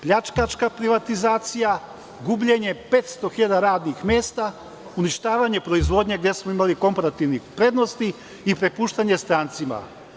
Pljačkaška privatizacija, gubljenje 500.000 radnih mesta, uništavanje proizvodnje gde smo imali komparativnih prednosti i prepuštanje strancima.